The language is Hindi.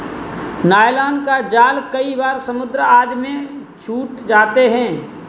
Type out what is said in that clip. नायलॉन का जाल कई बार समुद्र आदि में छूट जाते हैं